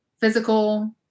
physical